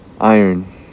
iron